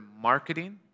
marketing